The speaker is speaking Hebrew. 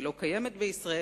היא לא קיימת בישראל,